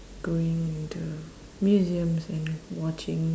going into museums and watching